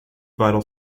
vital